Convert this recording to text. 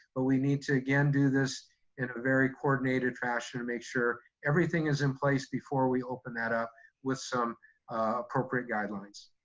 but we need to again do this in a very coordinated fashion to make sure everything is in place before we open that up with some appropriate guidelines.